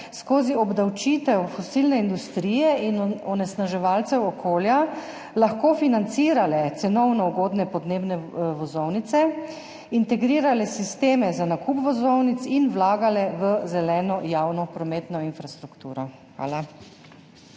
skozi obdavčitev fosilne industrije in onesnaževalcev okolja mogle financirati cenovno ugodne podnebne vozovnice, integrirati sistemov za nakup vozovnic in vlagati v zeleno javno prometno infrastrukturo? Hvala.